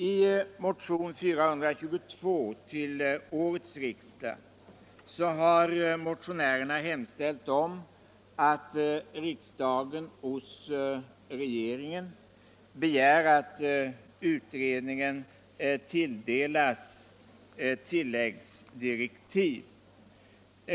I motionen 422 till årets riksdag har hemställts att riksdagen hos regeringen begär att utredningen tilldelas tilläggsdirektiv.